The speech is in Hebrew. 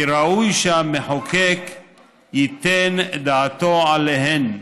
כי ראוי שהמחוקק ייתן את דעתו עליהן.